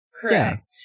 correct